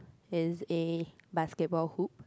there's a basketball hoop